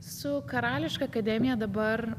su karališka akademija dabar